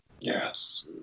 Yes